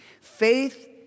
Faith